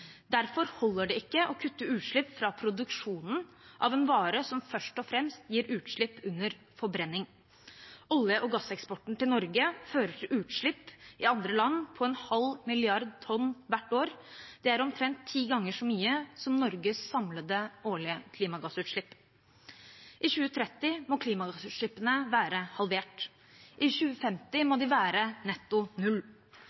Derfor holder det ikke å kutte utslipp fra produksjonen av en vare som først og fremst gir utslipp under forbrenning. Norges olje- og gasseksport fører til utslipp i andre land på en halv milliard tonn hvert år. Det er omtrent ti ganger så mye som Norges samlede årlige klimagassutslipp. I 2030 må klimagassutslippene være halvert. I 2050